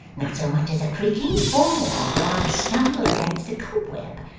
not so much as a creaking board, or a stumble against a cobweb.